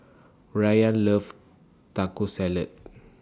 Brayan loves Taco Salad